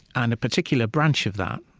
and a particular branch of that,